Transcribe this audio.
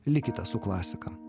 likite su klasika